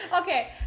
Okay